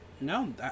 No